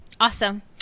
Awesome